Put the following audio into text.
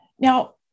Now